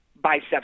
biceps